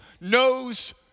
knows